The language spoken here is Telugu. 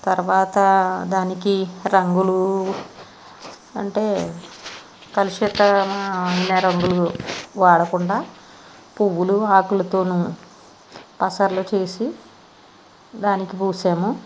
తర్వాత దానికి రంగులు అంటే కలుషిత ఉండే రంగులు వాడకుండా పువ్వులు ఆకులతో పసర్లు చేసి దానికి పూసాము